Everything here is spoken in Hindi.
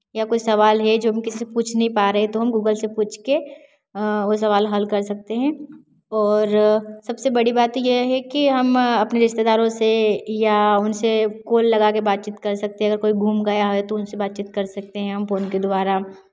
या कुछ सवाल हैं जो हम किसी से पूछ नहीं पा रहे तो हम गूगल से पूछ के वो सवाल हल कर सकते हैं और सबसे बड़ी बात तो ये है कि हम अपने रिश्तेदारों से या उनसे कोल लगा के बातचीत कर सकते हैं अगर कोई घूम गया है तो उनसे बातचीत कर सकते हैं हम फोन के द्वारा